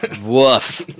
woof